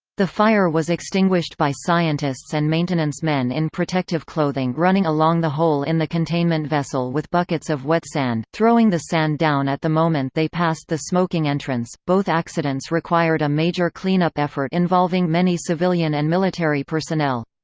the fire was extinguished by scientists and maintenance men in protective clothing running along the hole in the containment vessel with buckets of wet sand, throwing the sand down at the moment they passed the smoking entrance both accidents required a major cleanup effort involving many civilian and military personnel.